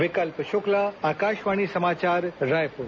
विकल्प शुक्ला आकाशवाणी समाचार रायपुर